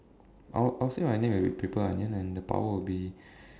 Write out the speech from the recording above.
I'll I'll say my name will be paper onion and the power will be